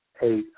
Hey